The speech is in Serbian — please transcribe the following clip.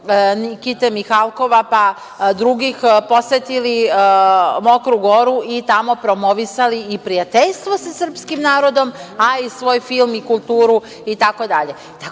Nikite Mihalkova, pa drugih, posetili Mokru Goru i tamo promovisali i prijateljstvo sa srpskim narodom, a svoj film i kulturi i